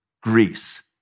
Greece